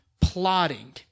plotting